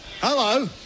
Hello